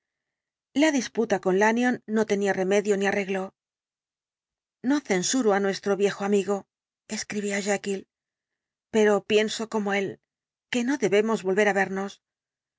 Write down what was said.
la disputa con lanyón no tenía remedio ni arreglo no censuro á nuestro viejo amigo escribía jekyll pero pienso como él que no debemos volver á vernos